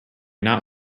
not